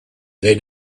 they